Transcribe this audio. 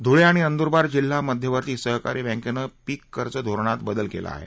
ध्ळे आणि नंदरबार जिल्हा मध्यवर्ती सहकारी बँकेनं पीककर्ज धोरणात बदल केला आहे